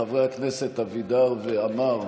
חברי הכנסת אבידר ועמאר,